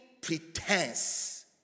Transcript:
pretense